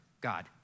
God